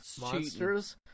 monsters